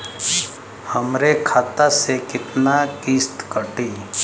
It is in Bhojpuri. हमरे खाता से कितना किस्त कटी?